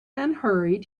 unhurried